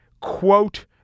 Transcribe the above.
quote